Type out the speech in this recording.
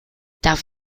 darf